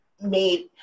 made